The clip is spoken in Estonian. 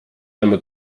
aimu